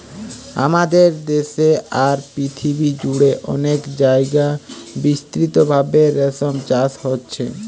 আমাদের দেশে আর পৃথিবী জুড়ে অনেক জাগায় বিস্তৃতভাবে রেশম চাষ হচ্ছে